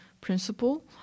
principle